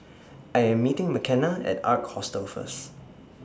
I Am meeting Mckenna At Ark Hostel First